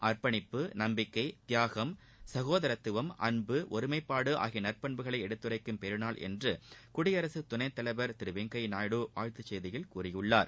அர்ப்பணிப்பு நம்பிக்கை தியாகம் சகோதரத்துவம் அன்பு ஒருமைப்பாடு ஆகிய நற்பண்புகளை எடுத்துரைக்கும் பெருநாள் என்று குடியரசு துணைத்தலைவர் திரு வெங்கையா நாயுடு வாழ்த்துச் செய்தியில் கூறியிருக்கிறார்